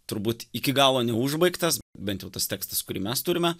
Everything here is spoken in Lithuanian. turbūt iki galo neužbaigtas bent jau tas tekstas kurį mes turime